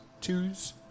Twos